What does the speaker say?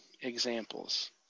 examples